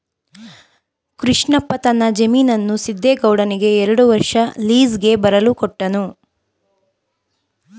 ಕೃಷ್ಣಪ್ಪ ತನ್ನ ಜಮೀನನ್ನು ಸಿದ್ದೇಗೌಡನಿಗೆ ಎರಡು ವರ್ಷ ಲೀಸ್ಗೆ ಬರಲು ಕೊಟ್ಟನು